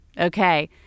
Okay